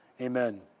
Amen